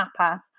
tapas